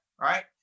right